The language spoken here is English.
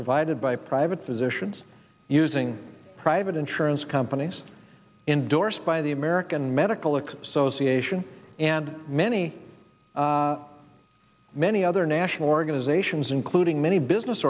provided by private physicians using private insurance companies indorsed by the american medical association and many many other national organizations including many business